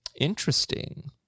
Interesting